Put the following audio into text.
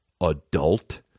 adult